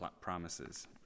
promises